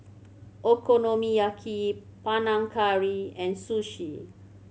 Okonomiyaki Panang Curry and Sushi